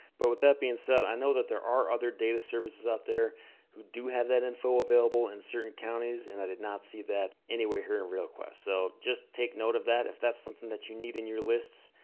but with that being said, i know that there are other data services out there who do have that info available in certain counties, and i did not see that anywhere here in realquest. so, just take note of that if that's something that you need in your lists,